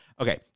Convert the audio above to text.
okay